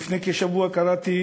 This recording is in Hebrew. לפני כשבוע קראתי